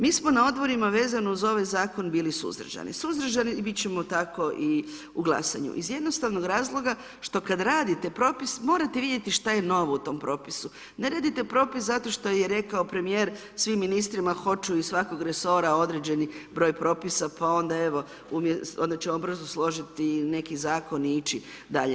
Mi smo na odborima vezano za ovaj zakon bili suzdržani, suzdržani bit ćemo tako i u glasanju iz jednostavnog razloga što kad radite propis morate vidjeti šta je novo u tom propisu, ne radite propis zato što je rekao premijer svim ministrima hoću iz svakog resora određeni broj propisa pa onda evo, onda ćemo brzo složiti neki zakon i ići dalje.